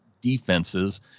defenses